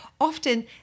Often